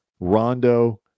Rondo